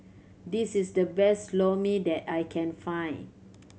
this is the best Lor Mee that I can find